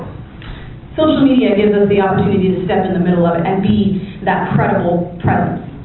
social media gives us the opportunity to step in the middle of it and be that credible presence.